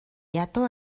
ядуу